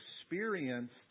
experienced